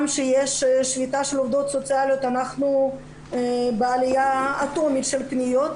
שיש שביתה של עובדות סוציאליות אנחנו בעליה אטומית של פניות,